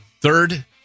Third